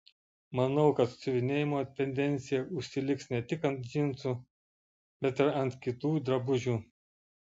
manau kad siuvinėjimo tendencija užsiliks ne tik ant džinsų bet ir ant kitų drabužių